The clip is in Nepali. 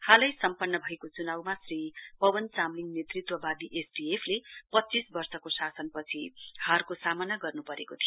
हालै सम्पन्न भएको चुनावमा श्री पवन चामलिङ नेतृत्ववादी एसडिएफ ले पञ्चीस वर्षको शासनपछि हारको सामना गर्नुपरेको थियो